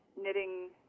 Knitting